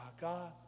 God